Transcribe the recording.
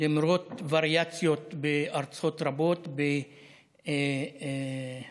למרות וריאציות בארצות רבות, באפריקה,